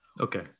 Okay